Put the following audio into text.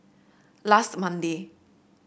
last Monday